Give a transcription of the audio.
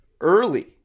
early